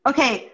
Okay